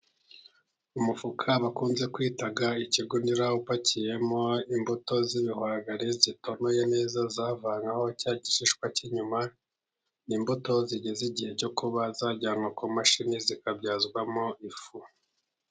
Umufuka bakunze kwita ikigunira upakiyemo imbuto z'ibihwagari zitonoye neza zavanyweho cya gishishwa cy'inyuma; ni imbuto zigeze igihe cyo kuba zajyanwa ku mashini zikabyazwamo ifu.